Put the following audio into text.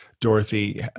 Dorothy